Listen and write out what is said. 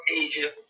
Asia